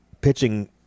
Pitching